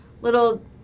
little